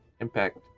impact